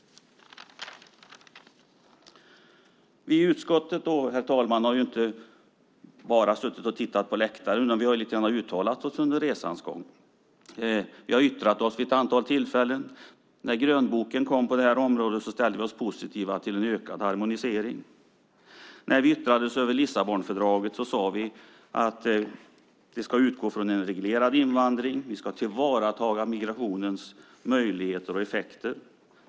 Herr talman! Vi i utskottet har inte bara suttit på läktaren och tittat, utan vi har också uttalat oss lite grann under resans gång. Vid ett antal tillfällen har vi yttrat oss. När grönboken kom på området ställde vi oss positiva till en ökad harmonisering. När vi yttrade oss över Lissabonfördraget sade vi att det ska utgå från en reglerad invandring. Vi ska tillvarata migrationens möjligheter och effekter.